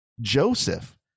Joseph